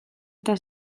eta